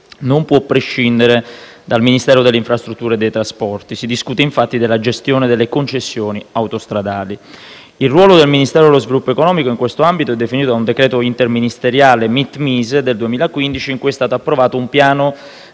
non può prescindere dal Ministero delle infrastrutture e dei trasporti: si discute, infatti, della gestione delle concessioni autostradali. Il ruolo del Ministero dello sviluppo economico in questo ambito è definito con decreto interministeriale MIT-MISE del 2015, in cui è stato approvato un piano